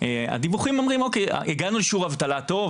הדיווחים אומרים הגענו לשיעור אבטלה טוב,